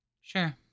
Sure